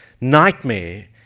nightmare